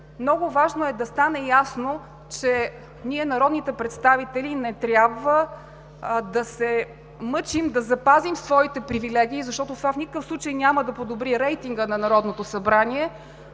Много е важно да стане ясно, че ние, народните представители, не трябва да се мъчим да запазим своите привилегии, защото това в никакъв случай няма да подобри рейтинга на Народното събрание.